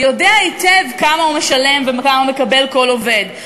יודע היטב כמה הוא משלם וכמה מקבל כל עובד.